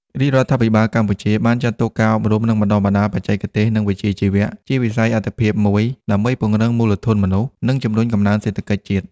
រាជរដ្ឋាភិបាលកម្ពុជាបានចាត់ទុកការអប់រំ និងបណ្តុះបណ្តាលបច្ចេកទេស និងវិជ្ជាជីវៈ ជាវិស័យអាទិភាពមួយដើម្បីពង្រឹងមូលធនមនុស្ស និងជំរុញកំណើនសេដ្ឋកិច្ចជាតិ។